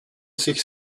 sich